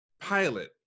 pilot